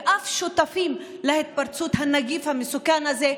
ואף שותפים להתפרצות הנגיף המסוכן הזה,